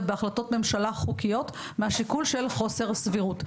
בהחלטות ממשלה חוקיות מהשיקול של חוסר סבירות.